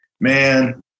man